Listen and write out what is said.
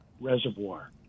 reservoir